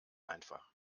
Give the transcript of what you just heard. einfach